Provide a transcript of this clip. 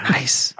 Nice